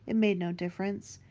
and made no difference.